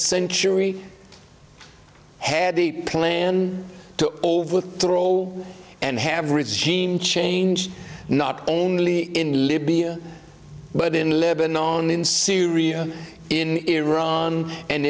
century had the plan to overthrow all and have regime change not only in libya but in lebannon in syria in iran and